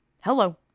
Hello